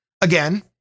Again